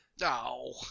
No